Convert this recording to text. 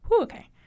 Okay